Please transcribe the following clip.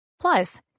Plus